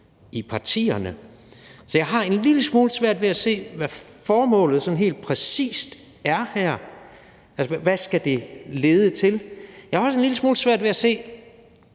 i partierne. Så jeg har en lille smule svært ved at se, hvad formålet her sådan helt præcis er, altså hvad det skal lede til, og jeg har også en lille smule svært ved at se